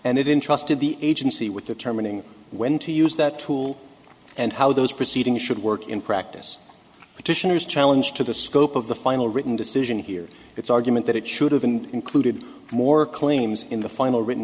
and it intrusted the agency with determining when to use that tool and how those proceedings should work in practice petitioners challenge to the scope of the final written decision here its argument that it should have been included more claims in the final written